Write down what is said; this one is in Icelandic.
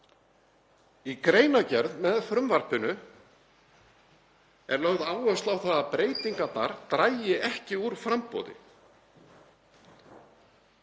Í greinargerð með frumvarpinu er lögð áhersla á að breytingarnar dragi ekki úr framboði